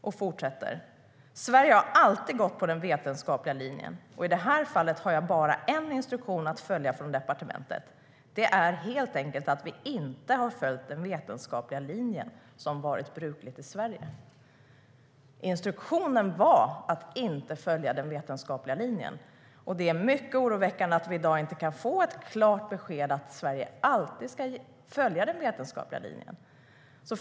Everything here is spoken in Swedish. Och hen fortsätter: Sverige har alltid gått på den vetenskapliga linjen, och i det här fallet har jag bara en instruktion att följa från departementet. Det är helt enkelt att vi inte har följt den vetenskapliga linjen, som varit brukligt i Sverige. Instruktionen var att inte följa den vetenskapliga linjen. Det är mycket oroväckande att vi i dag inte kan få ett klart besked om att Sverige alltid ska följa den vetenskapliga linjen.